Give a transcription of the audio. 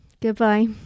Goodbye